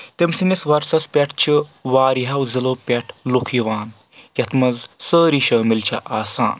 تٔمۍ سٕنٛدِس ۄرسس پؠٹھ چھِ واریاہو ضِلعو پؠٹھ لُکھ یِوان یتھ منٛز سٲری شٲمِل چھ آسان